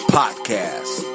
podcast